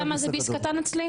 אתה יודע מה זה ביס קטן אצלי?